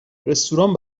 رستوران